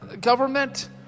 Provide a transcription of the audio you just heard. government